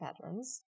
patterns